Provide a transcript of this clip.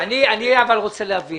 אני רוצה להבין.